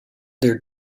their